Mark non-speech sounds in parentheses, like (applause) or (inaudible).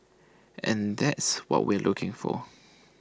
and that's what we're looking for (noise)